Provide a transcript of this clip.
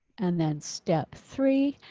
and then step three.